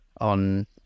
on